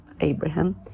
Abraham